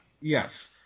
Yes